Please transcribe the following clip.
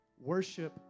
Worship